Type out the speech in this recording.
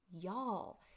Y'all